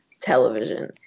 television